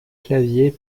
claviers